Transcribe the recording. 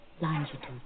longitude